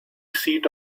seat